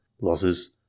Losses